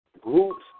groups